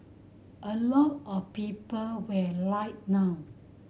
a lot of people were like wow